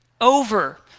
over